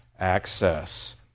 access